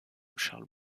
charles